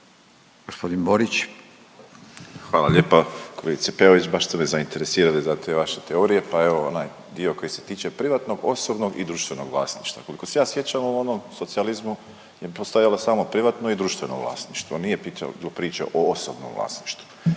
Hvala lijepa. Kolegice Peović baš ste me zainteresirali za te vaše teorije, pa evo onaj dio koji se tiče privatnog, osobnog i društvenog vlasništva. Koliko se ja sjećam u onom socijalizmu je postojalo samo privatno i društveno vlasništvo, nije bilo priče o osobnom vlasništvu.